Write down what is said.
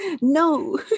no